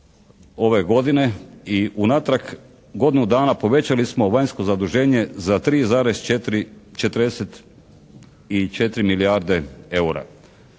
ove godine i unatrag godinu dana povećali smo vanjsko zaduženje za 3,44 milijarde eura.